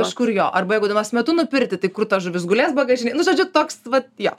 kažkur jo arba jeigu dienos metu nupirkti tai kur ta žuvis gulės bagažinėj nu žodžiu toks vat jo